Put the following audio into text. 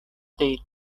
değil